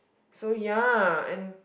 so ya and